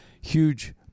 huge